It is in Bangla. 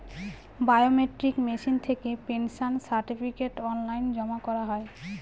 বায়মেট্রিক মেশিন থেকে পেনশন সার্টিফিকেট অনলাইন জমা করা হয়